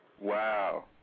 Wow